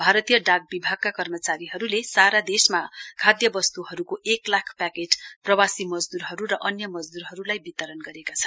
भारतीय डाक विभागका कर्मचारीहरूले सारा देशमा खाद्य वस्तुहरूको एक लाख प्याकेट प्रवासी मजदूरहरू र अन्य मजदूरहरूलाई वितरण गरेका छन्